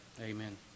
Amen